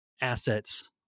assets